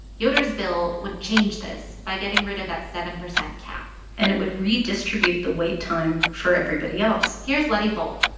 yoder's bill would change this by getting rid of that seven percent cap and it would redistribute the wait time for everybody else here's leti volpp.